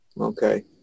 Okay